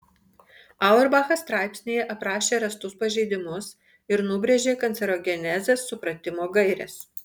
auerbachas straipsnyje aprašė rastus pažeidimus ir nubrėžė kancerogenezės supratimo gaires